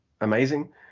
amazing